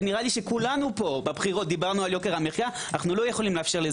ונראה לי שכולנו פה דיברנו בבחירות על יוקר המחיה,